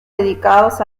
dedicados